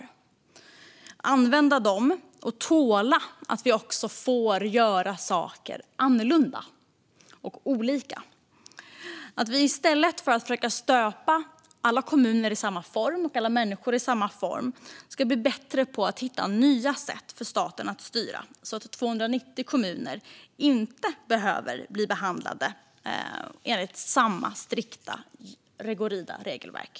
Vi borde använda dem och tåla att vi får göra saker annorlunda och olika. I stället för att försöka stöpa alla kommuner och människor i samma form borde vi bli bättre på att hitta nya sätt för staten att styra så att 290 kommuner inte behöver bli behandlade enligt samma strikta, rigida regelverk.